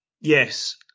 Yes